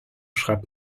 schreibt